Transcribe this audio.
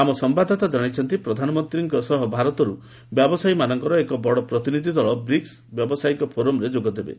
ଆମ ସମ୍ଭାଦଦାତା ଜଣାଇଛନ୍ତି ଯେ ପ୍ରଧାନମନ୍ତ୍ରୀଙ୍କ ସହ ଭାରତରୁ ବ୍ୟବସାୟୀମାନଙ୍କର ଏକ ବଡ଼ ପ୍ରତିନିଧି ଦଳ ବ୍ରିକ୍ସ ବ୍ୟବସାୟିକ ଫୋରମରେ ଯୋଗଦେବେ